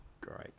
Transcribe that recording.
Great